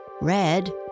Red